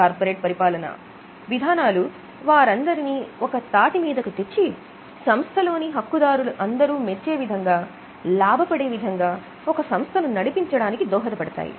corporate పరిపాలన విధానాలు వారందరినీ ఒక తాటి మీదకు తెచ్చి సంస్థలోని హక్కుదారులు అందరూమెచ్చే విధంగా లాభపడే విధంగా ఒక సంస్థను నడిపించడానికి దోహద పడతాయి